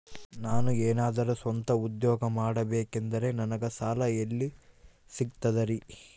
ನಾನು ಏನಾದರೂ ಸ್ವಂತ ಉದ್ಯೋಗ ಮಾಡಬೇಕಂದರೆ ನನಗ ಸಾಲ ಎಲ್ಲಿ ಸಿಗ್ತದರಿ?